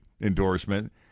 endorsement